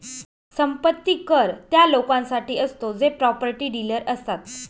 संपत्ती कर त्या लोकांसाठी असतो जे प्रॉपर्टी डीलर असतात